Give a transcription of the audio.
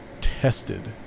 tested